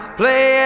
play